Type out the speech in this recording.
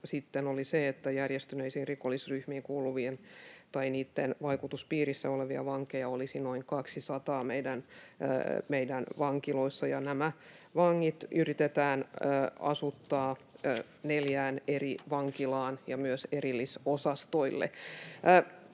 sitten arvio oli, että järjestäytyneisiin rikollisryhmiin kuuluvia tai niitten vaikutuspiirissä olevia vankeja olisi meidän vankiloissamme noin 200, ja nämä vangit yritetään asuttaa neljään eri vankilaan ja myös erillisosastoille.